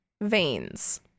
veins